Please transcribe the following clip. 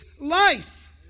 life